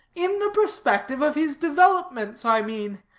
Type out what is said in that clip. in the perspective of his developments, i mean.